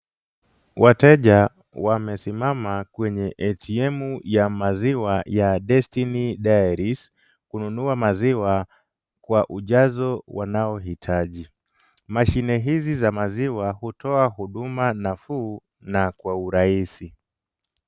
Wateja wamesimama kwenye ATM ya maziwa ya Destiny Dairies , kununua maziwa kwa ujazo wanaohitaji. Mashine hizi za maziwa hutoa huduma nafuu na kwa urahisi.